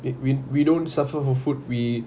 w~ we we don't suffer for food we